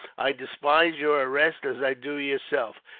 i despise your arrest, as i do yourself.